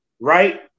right